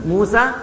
Musa